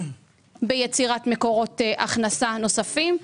ביצירת מקורות הכנסה נוספים,